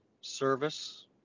service